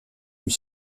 lui